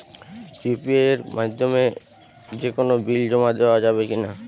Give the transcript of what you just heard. UPI এর মাধ্যমে যে কোনো বিল জমা দেওয়া যাবে কি না?